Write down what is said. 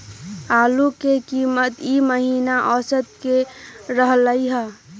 आलू के कीमत ई महिना औसत की रहलई ह?